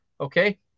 Okay